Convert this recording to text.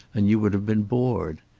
and you would have been bored.